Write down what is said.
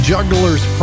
Juggler's